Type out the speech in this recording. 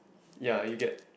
ya you get